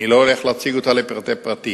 אני לא הולך להציג אותה לפרטי פרטים,